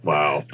Wow